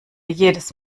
jedes